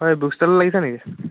হয় বুক ষ্টলত লাগিছে নেকি